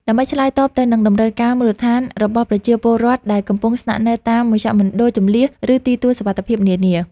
ដើម្បីឆ្លើយតបទៅនឹងតម្រូវការមូលដ្ឋានរបស់ប្រជាពលរដ្ឋដែលកំពុងស្នាក់នៅតាមមជ្ឈមណ្ឌលជម្លៀស ឬទីទួលសុវត្ថិភាពនានា។